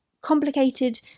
complicated